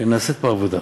שנעשית פה עבודה,